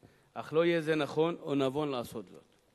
אך לא יהיה זה נכון או נבון לעשות זאת.